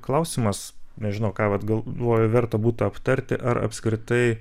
klausimas nežinau ką vat galvoji verta būtų aptarti ar apskritai